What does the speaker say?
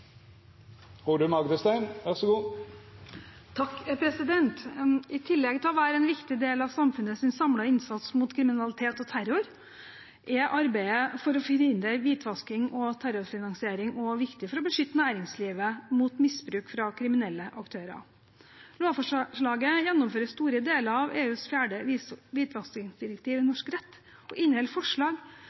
I tillegg til å være en viktig del av samfunnets samlede innsats mot kriminalitet og terror er arbeidet for å forhindre hvitvasking og terrorfinansiering viktig for å beskytte næringslivet mot misbruk fra kriminelle aktører. Lovforslaget gjennomfører store deler av EUs fjerde hvitvaskingsdirektiv i norsk rett og inneholder forslag